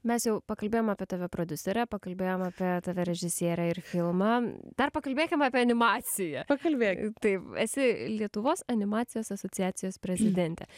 mes jau pakalbėjom apie tave prodiuserę pakalbėjome apie tave režisierę ir filmą dar pakalbėkim apie animaciją pakalbėkim taip esi lietuvos animacijos asociacijos prezidentė